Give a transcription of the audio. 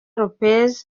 lopez